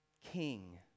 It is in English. King